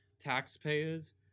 taxpayers